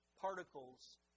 particles